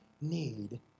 need